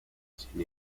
sin